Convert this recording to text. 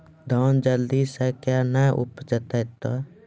धान जल्दी से के ना उपज तो?